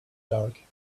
dark